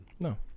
no